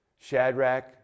Shadrach